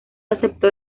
aceptó